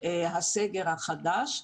הסגר החדש,